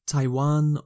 Taiwan